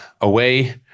away